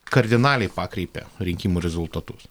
kardinaliai pakreipė rinkimų rezultatus